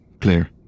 clear